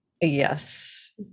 Yes